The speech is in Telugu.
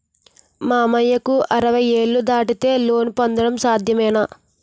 మామయ్యకు అరవై ఏళ్లు దాటితే లోన్ పొందడం సాధ్యమేనా?